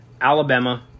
Alabama